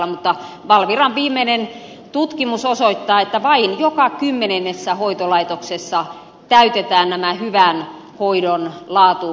mutta valviran viimeinen tutkimus osoittaa että vain joka kymmenennessä hoitolaitoksessa täytetään nämä hyvän hoidon laatukriteerit